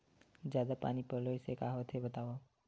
जादा पानी पलोय से का होथे बतावव?